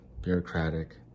bureaucratic